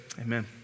amen